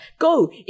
Go